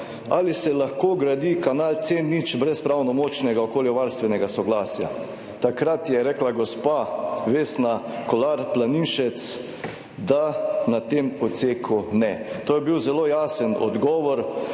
ali se lahko gradi kanal C0 brez pravnomočnega okoljevarstvenega soglasja. Takrat je rekla gospa Vesna Kolar Planinšec, da na tem odseku ne. To je bil zelo jasen odgovor,